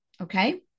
Okay